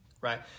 right